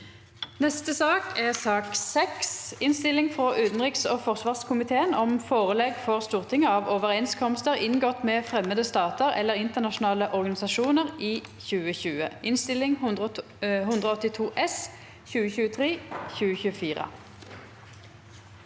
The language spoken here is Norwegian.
5. mars 2024 Innstilling fra utenriks- og forsvarskomiteen om Forelegg for Stortinget av overenskomster inngått med fremmede stater eller internasjonale organisasjoner i 2020 (Innst. 182 S (2023–2024))